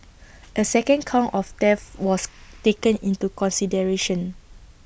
A second count of theft was taken into consideration